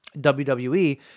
WWE